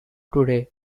today